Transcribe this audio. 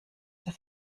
der